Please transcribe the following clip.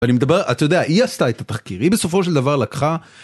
אני מדבר, אתה יודע, היא עשתה את התחקיר, היא בסופו של דבר לקחה...